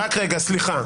סליחה.